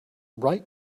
ripe